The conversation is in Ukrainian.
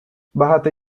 багато